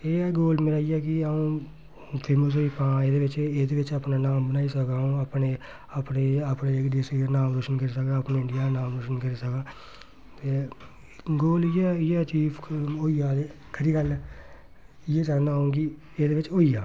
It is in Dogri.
एह् ऐ गोल मेरा इ'यै कि अ'ऊं फेमस होई पां एह्दे बिच्च एहदे बिच्च अपना नाम बनाई सकां अ'ऊं अपने अपने अपने जेह्के डिस्ट्रिक दा नाम रोशन करी सकां अपने इंडिया दा नाम रोशन करी सकां ते गोल इ'यै इ'यै आचीव होई जा ते खरी गल्ल ऐ इयै चाह्नना अ'ऊं कि एह्दे बिच्च होई जा